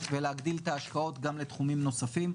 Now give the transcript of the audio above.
ולהגדיל את ההשקעות גם לתחומים נוספים.